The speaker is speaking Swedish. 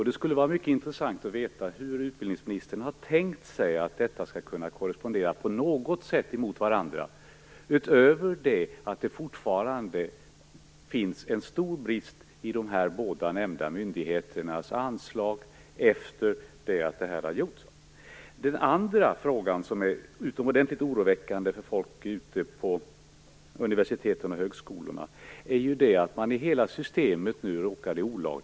Det skulle vara mycket intressant att veta hur utbildningsministern har tänkt sig att dessa på något sätt skall kunna korrespondera med varandra, utöver att det fortfarande finns en stor brist i de båda nämnda myndigheternas anslag efter det att det här har genomförts. Den andra frågan, som är utomordentligt oroväckande för människor ute på universiteten och högskolorna, handlar om att hela systemet nu råkar i olag.